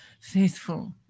faithful